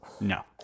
No